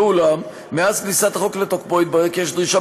ואולם מאז כניסת החוק לתוקפו התברר כי יש דרישה